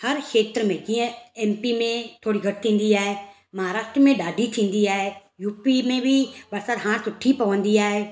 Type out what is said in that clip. हर खेत्र में जीअं एमपी में थोरी घटि थींदी आहे महाराष्ट्र में ॾाढी थींदी आहे यूंपी में बि बरसाति हाणे सुठी पवंदी आहे